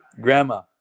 grandma